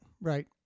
right